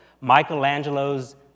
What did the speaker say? Michelangelo's